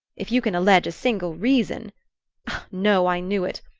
if you can allege a single reason no i knew it.